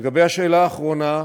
לגבי השאלה האחרונה,